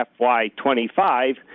FY25